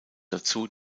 dazu